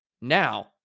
Now